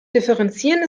differenzieren